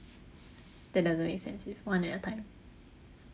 that doesn't make sense it's one at a time